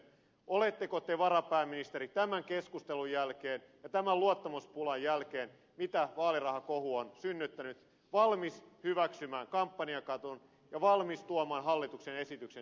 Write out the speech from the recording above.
oletteko te varapääministeri tämän keskustelun jälkeen ja tämän luottamuspulan jälkeen mitä vaalirahakohu on synnyttänyt valmis hyväksymään kampanjakaton ja valmis tuomaan hallituksen esityksen siitä eduskuntaan